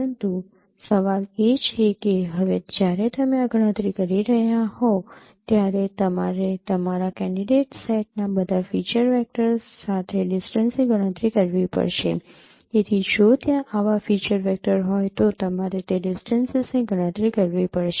પરંતુ સવાલ એ છે કે હવે જ્યારે તમે આ ગણતરી કરી રહ્યા હો ત્યારે તમારે તમારા કેન્ડિડેટ સેટના બધા ફીચર્સ વેક્ટર સાથે ડિસ્ટન્સની ગણતરી કરવી પડશે તેથી જો ત્યાં આવા ફીચર વેક્ટર હોય તો તમારે તે ડિસ્ટન્સીસની ગણતરી કરવી પડશે